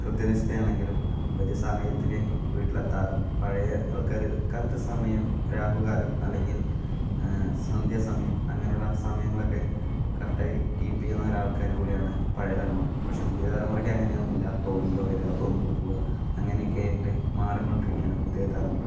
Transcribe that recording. കൃത്യനിഷ്ഠ ആണെങ്കിലും സമയത്തിന് വീട്ടിലെത്താറും പഴയ ആൾക്കാർ കറക്റ്റ് സമയം രാഹുകാലം അല്ലെങ്കിൽ സന്ധ്യ സമയം അങ്ങനെയുള്ള സമയങ്ങളൊക്കെ കറക്റ്റായി കീപ്പ് ചെയ്യുന്ന ഒരു ആൾക്കാരും കൂടിയാണ് പഴയ തലമുറ പക്ഷെ പുതിയ തലമുറക്ക് അങ്ങനെയൊന്നും ഇല്ല തോന്നുമ്പോൾ വരിക തോന്നുമ്പോൾ പോകുക അങ്ങനെയൊക്കെ ആയിട്ട് മാറിക്കൊണ്ടിരിക്കുകയാണ് പുതിയ തലമുറ